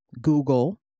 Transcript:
Google